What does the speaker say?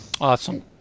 Awesome